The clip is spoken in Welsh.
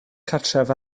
cartref